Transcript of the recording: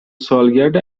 سالگرد